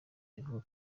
bivugwa